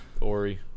Ori